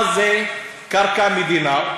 מה זה "קרקע מדינה".